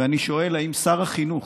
ואני שואל, האם שר החינוך